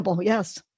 Yes